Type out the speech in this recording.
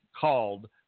called